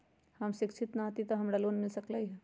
हम शिक्षित न हाति तयो हमरा लोन मिल सकलई ह?